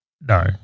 No